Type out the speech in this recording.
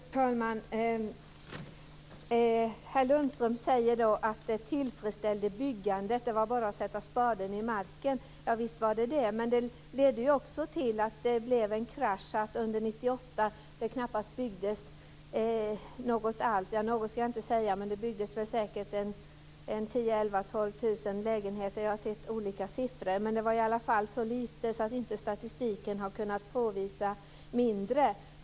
Fru talman! Herr Lundström säger att detta tillfredsställer byggandet och att det är bara att sätta spaden i marken. Visst är det så. Men detta ledde till att det blev en krasch. Under 1998 byggdes det knappast något alls, 10 000-12 000 lägenheter. Jag har sett olika siffror. Det har varit så lite att statistiken inte har kunna påvisa mindre.